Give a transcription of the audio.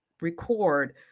record